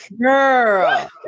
Girl